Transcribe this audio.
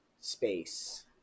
space